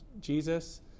Jesus